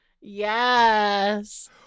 yes